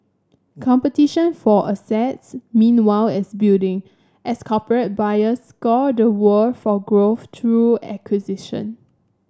competition for assets meanwhile as building as corporate buyers scour the world for growth through acquisition